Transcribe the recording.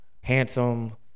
handsome